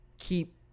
Keep